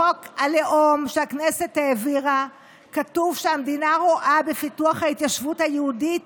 בחוק הלאום שהכנסת העבירה כתוב שהמדינה רואה בפיתוח ההתיישבות היהודית